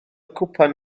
cwpan